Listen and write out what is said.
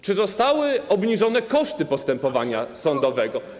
Czy zostały obniżone koszty postępowania sądowego?